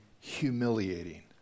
humiliating